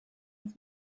its